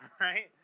right